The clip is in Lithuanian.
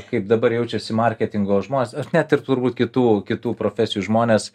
kaip dabar jaučiasi marketingo žmonės aš net ir turbūt kitų kitų profesijų žmonės